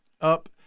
up